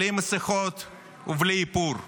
בלי מסכות ובלי איפור,